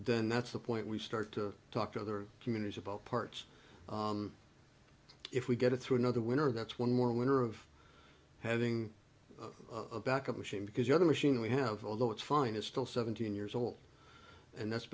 then that's the point we start to talk to other communities about parts if we get it through another winter that's one more winter of having a backup machine because other machine we have although it's fine is still seventeen years old and that's